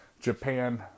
Japan